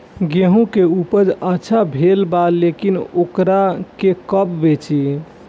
गेहूं के उपज अच्छा भेल बा लेकिन वोकरा के कब बेची?